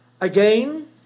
Again